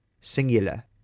singular